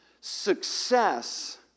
Success